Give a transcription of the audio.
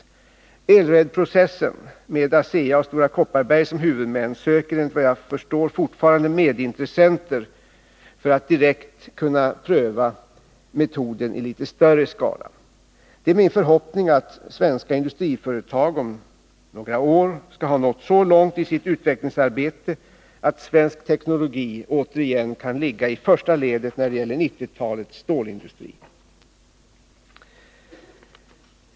Beträffande Elredprocessen, med ASEA och Stora Kopparberg som huvudmän, söker man enligt vad jag förstår fortfarande medintressenter för att direkt kunna pröva metoden i litet större skala. Det är min förhoppning att svenska industriföretag om några år skall ha nått så långt i sitt utvecklingsarbete att svensk teknologi återigen kan ligga i första ledet när det gäller 1990-talets stålindustri.